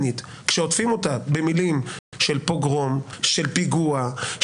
כשעוטפים אותה במילים של פוגרום, של פיגוע.